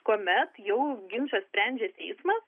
kuomet jau ginčą sprendžia teismas